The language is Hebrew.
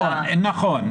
נכון.